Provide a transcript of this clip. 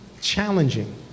challenging